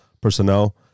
personnel